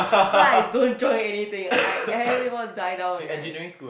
so I don't join anything I anyone die down already